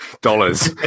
dollars